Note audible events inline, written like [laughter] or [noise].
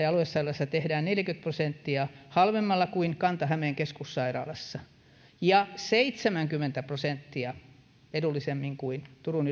[unintelligible] aluesairaalassa tehdään neljäkymmentä prosenttia halvemmalla kuin kanta hämeen keskussairaalassa ja seitsemänkymmentä prosenttia edullisemmin kuin turun [unintelligible]